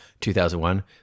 2001